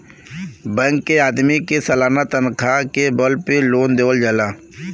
bank के आदमी के सालाना तनखा के बल पे लोन देवल जाला